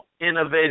innovative